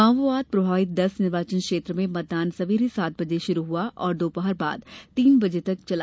माओवाद प्रभावित दस निर्वाचन क्षेत्र में मतदान सवेरे सात बजे शुरू हुआ और दोपहर बाद तीन बजे तक चला